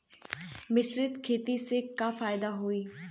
मिश्रित खेती से का फायदा होई?